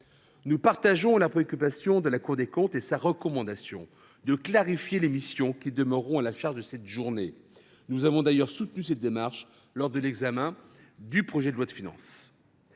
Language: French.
Nous partageons les préoccupations de la Cour des comptes et sa recommandation de clarifier les missions qui demeureront affectées à cette journée. Nous avons d’ailleurs soutenu cette logique lors de l’examen du projet de loi de finances.